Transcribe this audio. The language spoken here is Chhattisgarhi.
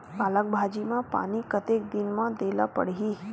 पालक भाजी म पानी कतेक दिन म देला पढ़ही?